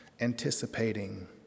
anticipating